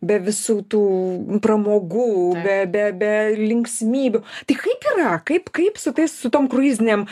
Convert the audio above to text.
be visų tų pramogų be be be linksmybių tai kaip yra kaip kaip su tais su tom kruizinėm